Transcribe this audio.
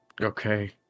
okay